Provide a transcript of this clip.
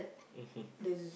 mmhmm